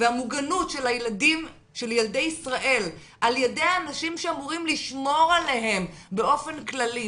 והמוגנות של ילד ישראל על ידי אנשים שאמורים לשמור עליהם באופן כללי,